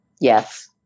Yes